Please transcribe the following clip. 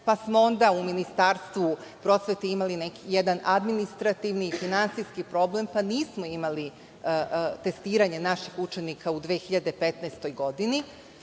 pa smo onda u Ministarstvu prosvete imali jedan administrativni i finansijski problem, pa nismo imali testiranje naših učenika u 2015. godini. Prema